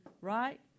Right